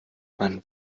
man